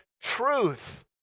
truth